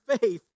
faith